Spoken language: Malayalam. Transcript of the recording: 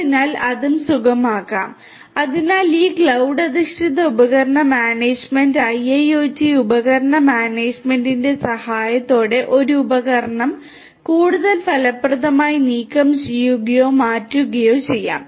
അതിനാൽ അതും സുഗമമാക്കും അതിനാൽ ഈ ക്ലൌഡ് അധിഷ്ഠിത ഉപകരണ മാനേജുമെന്റ് IIoT ഉപകരണ മാനേജുമെന്റിന്റെ സഹായത്തോടെ ഒരു ഉപകരണം കൂടുതൽ ഫലപ്രദമായി നീക്കം ചെയ്യുകയോ മാറ്റുകയോ ചെയ്യാം